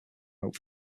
wrote